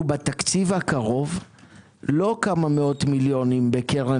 בתקציב הקרוב לא כמה מאות מיליונים בקרן